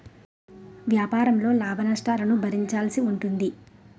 వ్యాపారంలో లాభనష్టాలను భరించాల్సి ఉంటుంది